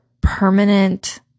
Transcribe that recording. permanent